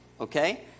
okay